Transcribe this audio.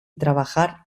trabajar